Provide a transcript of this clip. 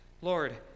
Lord